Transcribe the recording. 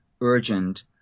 urgent